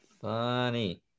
funny